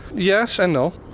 yes and no.